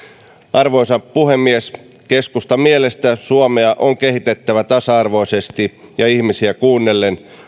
arvoisa puhemies keskustan mielestä suomea on kehitettävä tasa arvoisesti ja ihmisiä kuunnellen